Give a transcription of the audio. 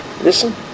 listen